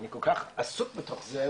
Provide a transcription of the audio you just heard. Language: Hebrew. אני כל כך עסוק בתוך זה,